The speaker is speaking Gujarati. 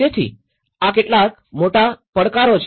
તેથી આ કેટલાક મોટા પડકારો છે